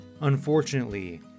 Unfortunately